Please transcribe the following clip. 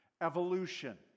evolution